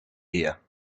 here